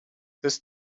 this